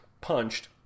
punched